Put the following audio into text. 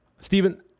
Stephen